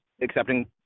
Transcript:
accepting